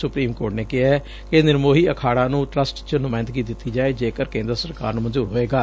supreme court ਨੇ ਕਿਹੈ ਕਿ ਨਿਰਮੋਹੀ ਅਖਾੜਾ ਨੰ ਟਰੱਸਟ ਚ ਨੁਮਾਇੰਦਗੀ ਦਿੱਤੀ ਜਾਵੇਗੀ ਜੇਕਰ ਕੇਂਦਰ ਸਰਕਾਰ ਨੂੰ ਮਨਜੂਰ ਹੋਵੇਗਾ